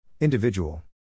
Individual